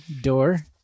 door